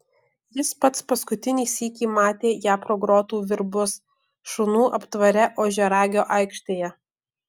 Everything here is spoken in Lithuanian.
jis pats paskutinį sykį matė ją pro grotų virbus šunų aptvare ožiaragio aikštėje